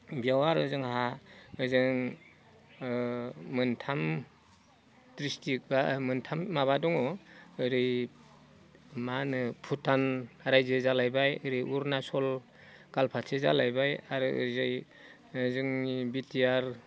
बेयाव आरो जोंहा ओजों मोनथाम डिस्ट्रिक बा मोनथाम माबा दङ ओरै मा होनो भुटान रायजो जालायबाय ओरै अरुनाचल गालफाथि जालायबाय आरो ओरैजाय जोंनि बिटिआर